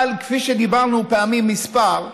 אבל כפי שדיברנו פעמים מספר,